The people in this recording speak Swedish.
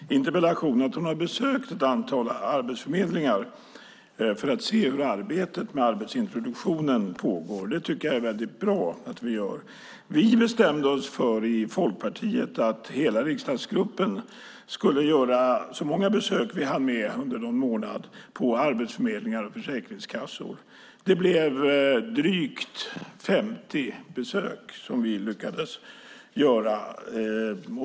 Fru talman! Veronica Palm skriver i sin interpellation att hon har besökt ett antal arbetsförmedlingar för att se hur arbetet med arbetsintroduktionen pågår. Jag tycker att det är väldigt bra vi gör det. Vi i Folkpartiet har bestämt att hela vår riksdagsgrupp under en månad skulle göra så många besök på arbetsförmedlingar och försäkringskassor som hanns med. Drygt 50 besök lyckades vi göra.